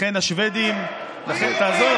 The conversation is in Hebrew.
לכן השבדים, ביבי, תעזור לי.